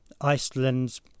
Iceland's